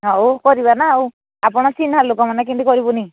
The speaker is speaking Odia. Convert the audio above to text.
ହଉ କରିବା ନା ଆଉ ଆପଣ ଚିହ୍ନା ଲୋକମାନେ କେମିତି କରିବୁନି